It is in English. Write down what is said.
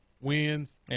wins